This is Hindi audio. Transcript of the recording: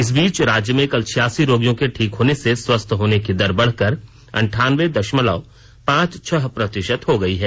इस बीच राज्य में कल छियासी रोगियों के ठीक होने से स्वस्थ होने की दर बढ़कर अन्ठान्वे दशमलव पांच छह प्रतिशत हो गयी है